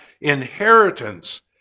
inheritance